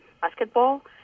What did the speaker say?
basketball